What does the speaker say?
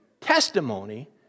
testimony